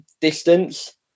distance